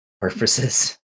purposes